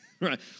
right